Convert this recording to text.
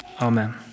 amen